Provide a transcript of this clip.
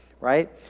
right